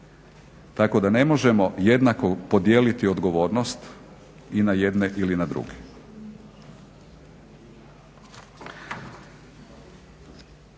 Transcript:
tako da ne možemo jednako podijeliti odgovornost i na jedne ili na druge.